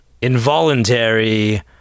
involuntary